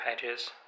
pages